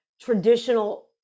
traditional